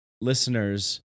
listeners